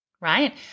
right